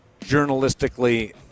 journalistically